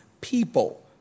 people